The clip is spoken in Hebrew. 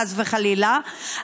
חס וחלילה,